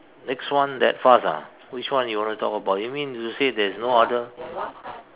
next one that fast ah which one you want to talk about you mean to say there is no other